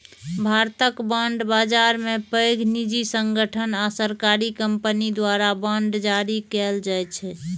भारतक बांड बाजार मे पैघ निजी संगठन आ सरकारी कंपनी द्वारा बांड जारी कैल जाइ छै